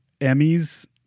Emmys